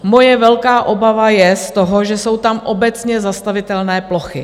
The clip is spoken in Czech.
Moje velká obava je z toho, že jsou tam obecně zastavitelné plochy.